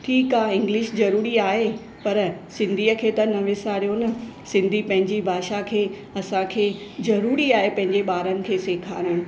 ठीकु आहे इंग्लिश ज़रूरी आहे पर सिंधीअ खे त न विसारियो न सिंधी पंहिंजी भाषा खे असांखे ज़रूरी आहे पंहिंजे ॿारनि खे सेखारणु